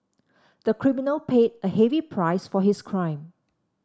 the criminal paid a heavy price for his crime